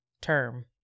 term